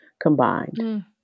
combined